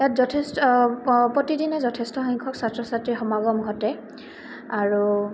ইয়াত যথেষ প্ৰতিদিনে যথেষ্ট সংখ্যক ছাত্ৰ ছাত্ৰী সমাগম ঘটে আৰু